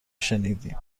شنیدیم